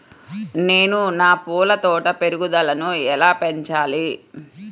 నేను నా పూల తోట పెరుగుదలను ఎలా పెంచాలి?